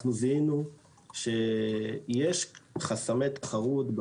אנחנו זיהינו שיש חסמי תחרות,